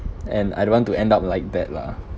and I don't want to end up like that lah